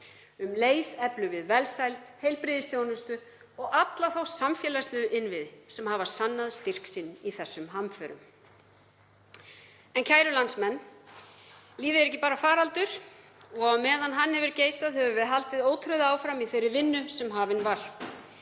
Um leið eflum við velsæld, heilbrigðisþjónustu og alla þá samfélagslegu innviði sem hafa sannað styrk sinn í þessum hamförum. Kæru landsmenn. Lífið er ekki bara faraldur. Á meðan hann hefur geisað höfum við haldið ótrauð áfram í þeirri vinnu sem hafin var.